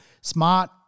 smart